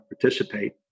participate